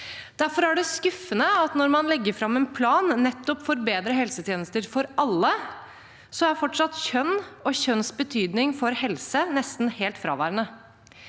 Derfor er det skuffende at når man legger fram en plan nettopp for bedre helsetjenester for alle, er kjønn og kjønns betydning for helse fortsatt nesten helt fraværende.